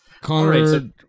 Connor